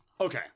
okay